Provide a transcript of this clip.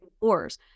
wars